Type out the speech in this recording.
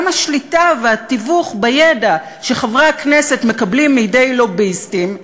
גם השליטה והתיווך בידע שחברי הכנסת מקבלים מידי לוביסטים,